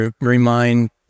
remind